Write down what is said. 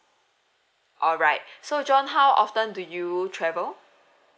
alright so john how often do you travel